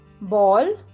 ball